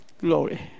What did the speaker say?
Glory